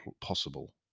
possible